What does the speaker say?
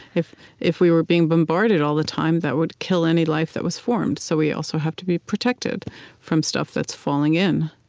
if if we were being bombarded all the time, that would kill any life that was formed. so we also have to be protected from stuff that's falling in.